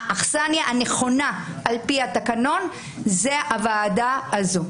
האכסניה הנכונה על פי התקנון זו הוועדה הזאת.